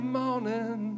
morning